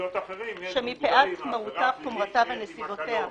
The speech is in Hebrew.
במקצועות אחרים מוגדר עבירה פלילית שיש עימה קלון.